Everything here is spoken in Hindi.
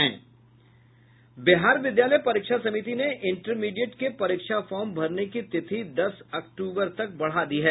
बिहार विद्यालय परीक्षा समिति ने इंटरमीडिएट के परीक्षा फॉर्म भरने की तिथि दस अक्टूबर तक बढ़ा दी है